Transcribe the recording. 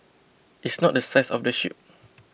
it's not the size of the ship